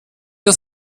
das